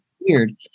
weird